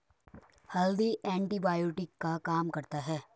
हल्दी एंटीबायोटिक का काम करता है